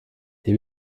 det